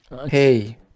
Hey